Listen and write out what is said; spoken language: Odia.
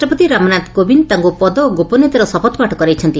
ରାଷ୍ଟ୍ରପତି ରାମନାଥ କୋବିନ୍ଦ ତାଙ୍କୁ ପଦ ଓ ଗୋପନୀୟତାର ଶପଥ ପାଠ କରାଇଛନ୍ତି